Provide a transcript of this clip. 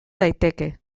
daiteke